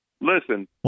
Listen